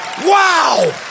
Wow